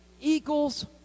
equals